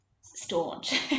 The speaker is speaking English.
staunch